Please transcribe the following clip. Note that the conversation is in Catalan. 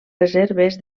reserves